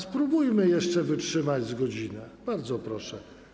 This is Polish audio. Spróbujmy jeszcze wytrzymać z godzinę, bardzo proszę.